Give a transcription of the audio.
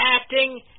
acting